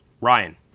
Ryan